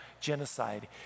genocide